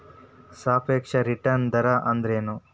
ಸಾಪೇಕ್ಷ ರಿಟರ್ನ್ ದರ ಅಂದ್ರೆನ್